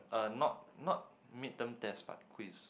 uh not not mid term test but quiz